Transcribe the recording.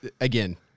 again